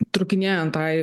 trūkinėjant tai